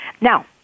Now